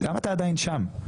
למה אתה עדיין שם?